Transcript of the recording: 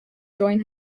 join